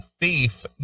thief